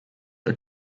are